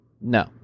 No